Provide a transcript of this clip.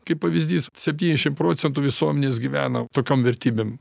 kaip pavyzdys septyniasdešim procentų visuomenės gyvena tokiom vertybėm